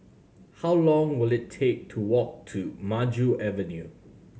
how long will it take to walk to Maju Avenue